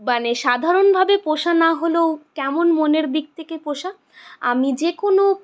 মানে সাধারণভাবে পোষা না হলেও কেমন মনের দিক থেকে পোষা আমি যে কোনো